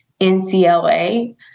NCLA